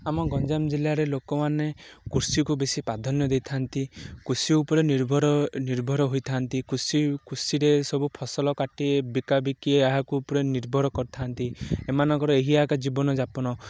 ଆମ ଗଞ୍ଜାମ ଜିଲ୍ଲାରେ ଲୋକମାନେ କୃଷିକୁ ବେଶୀ ପ୍ରଧାନ୍ୟ ଦେଇଥାନ୍ତି କୃଷି ଉପରେ ନିର୍ଭର ନିର୍ଭର ହୋଇଥାନ୍ତି କୃଷି କୃଷିରେ ସବୁ ଫସଲ କାଟି ବିକାବିକି ଏହାକୁ ଉପରେ ନିର୍ଭର କରିଥାନ୍ତି ଏମାନଙ୍କର ଏହା ଏକ ଜୀବନଯାପନ